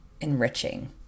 enriching